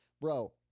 Bro